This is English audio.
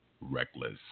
Reckless